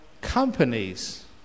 companies